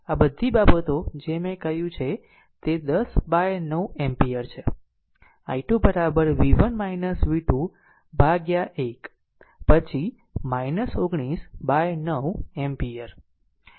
25 આ બધી વસ્તુઓ જે મેં કહ્યું છે તે 10 બાય 9 એમ્પીયર છે i 2 v1 v2 upon 1 પછી 19 બાય 9 એમ્પીયર i3 2 v2